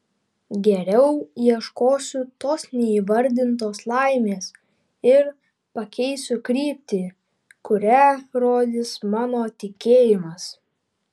geriau ieškosiu tos neįvardintos laimės ir pakeisiu kryptį kurią rodys mano tikėjimas